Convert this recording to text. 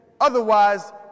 Otherwise